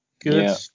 good